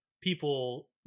people